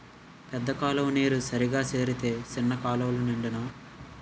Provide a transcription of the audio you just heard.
పెద్ద కాలువ నీరు సరిగా సేరితే సిన్న కాలువలు నిండునా